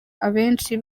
abenshi